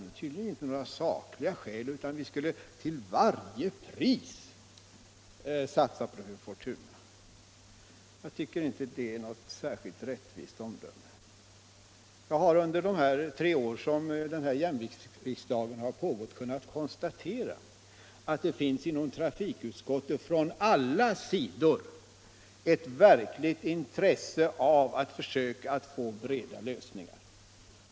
Det var tydligen inte några sakliga skäl, utan vi skulle till varje pris satsa på fru Fortuna. Jag tycker inte det är något särskilt rättvist omdöme. Under de tre år som den här jämviktsriksdagen pågått har jag kunnat konstatera att det från alla sidor inom trafikutskottet finns ett verkligt intresse av att försöka få breda lösningar.